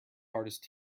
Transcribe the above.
hardest